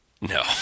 No